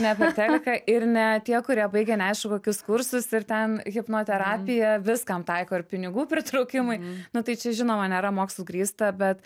ne per teliką ir ne tie kurie baigė neaišku kokius kursus ir ten hipnoterapiją viskam taiko ir pinigų pritraukimui nu tai čia žinoma nėra mokslu grįsta bet